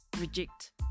reject